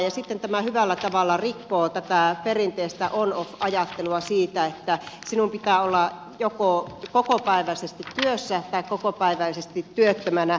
ja sitten tämä hyvällä tavalla rikkoo tätä perinteistä onoff ajattelua siitä että sinun pitää olla joko kokopäiväisesti työssä tai kokopäiväisesti työttömänä